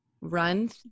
run